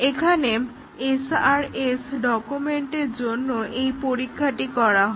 এখানে SRS ডকুমেন্টের জন্য এই পরীক্ষাটি করা হয়